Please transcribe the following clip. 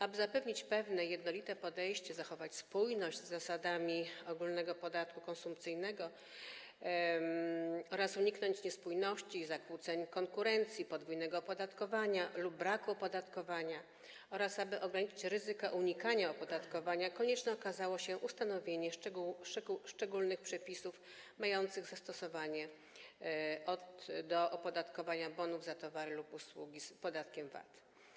Aby zapewnić pewne jednolite podejście, zachować spójność z zasadami ogólnego podatku konsumpcyjnego oraz uniknąć niespójności i zakłóceń konkurencji, podwójnego opodatkowania lub braku opodatkowania oraz aby ograniczyć ryzyko unikania opodatkowania, konieczne okazało się ustanowienie szczególnych przepisów mających zastosowanie do opodatkowania bonów za towary lub usługi podatkiem VAT.